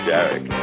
Derek